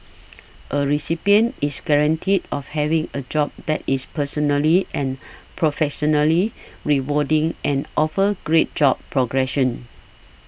a recipient is guaranteed of having a job that is personally and professionally rewarding and offers great job progression